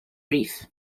brief